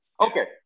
Okay